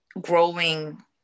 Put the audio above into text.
growing